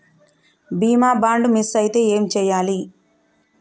బీమా bond miss అయితే ఏం చేయాలి?